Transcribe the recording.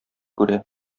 күрә